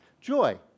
Joy